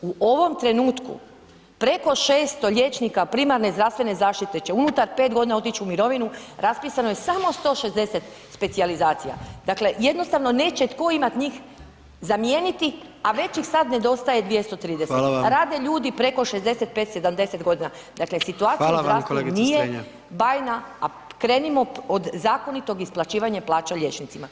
U ovom trenutku preko 600 liječnika primarne zdravstvene zaštite će unutar 5 g. otić u mirovinu, raspisano je samo 160 specijalizacija, dakle jednostavno neće tko imat njih zamijeniti a već ih sad nedostaje 230 [[Upadica predsjednik: Hvala vam.]] a rade ljudi preko 65, 70 g., dakle situacija [[Upadica predsjednik: Hvala vam, kolegice Strenja.]] u zdravstvu nije bajna a krenimo od zakonitog isplaćivanja plaća liječnicima.